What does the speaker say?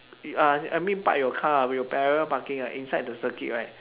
uh I mean park your car with parallel parking uh inside the circuit right